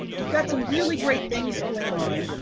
we've got some really great things going on,